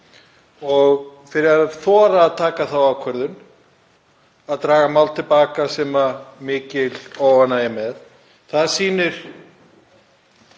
og fyrir að þora að taka þá ákvörðun að draga mál til baka sem mikil óánægja er með. Það sýnir,